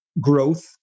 growth